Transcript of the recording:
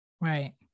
Right